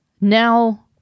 now